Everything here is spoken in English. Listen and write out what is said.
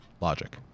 logic